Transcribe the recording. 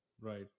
Right